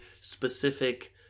specific